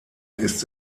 ist